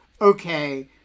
Okay